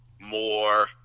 more